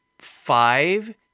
five